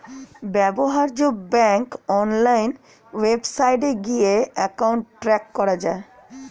ব্যবহার্য bank online ওয়েবসাইটে গিয়ে অ্যাকাউন্ট ট্র্যাক করা যায়